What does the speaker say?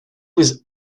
was